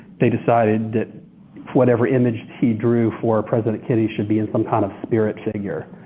they decided that whatever image he drew for president kennedy should be in some kind of spirit figure.